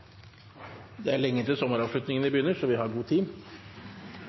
Det er lenge til sommeravslutningene begynner, så vi har god tid.